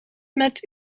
met